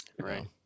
Right